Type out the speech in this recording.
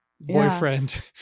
boyfriend